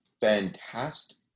fantastic